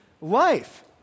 life